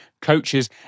coaches